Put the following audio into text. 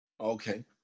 Okay